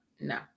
no